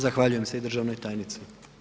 Zahvaljujem se i Državnoj tajnici.